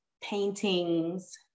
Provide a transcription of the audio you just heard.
paintings